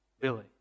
Billy